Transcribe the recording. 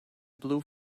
blue